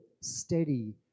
steady